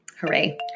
Hooray